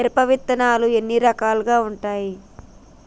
మిరప విత్తనాలు ఎన్ని రకాలు ఉంటాయి?